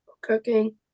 cooking